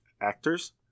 actors